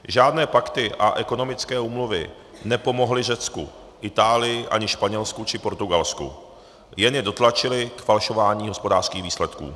Žádné pakty a ekonomické úmluvy nepomohly Řecku, Itálii ani Španělsku či Portugalsku, jen je dotlačily k falšování hospodářských výsledků.